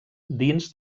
dins